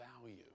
value